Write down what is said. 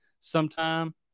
sometime